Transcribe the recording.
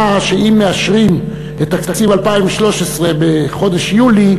שאם מאשרים את תקציב 2013 בחודש יולי,